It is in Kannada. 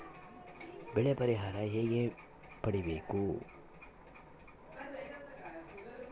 ಬೆಳೆ ಪರಿಹಾರ ಹೇಗೆ ಪಡಿಬೇಕು?